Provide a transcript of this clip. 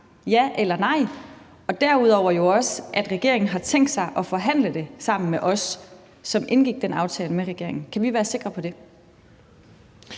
Ja eller nej? Derudover vil jeg jo også gerne vide, om regeringen har tænkt sig at forhandle det sammen med os, som indgik den aftale med den daværende regering. Kan vi være sikre på det?